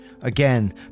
Again